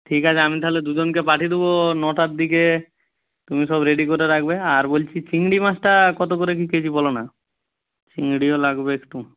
ঠিক আছে আমি তাহলে দুজনকে পাঠিয়ে দেবো নটার দিকে তুমি সব রেডি করে রাখবে আর বলছি চিংড়ি মাছটা কত করে কী কেজি বলো না চিংড়িও লাগবে একটু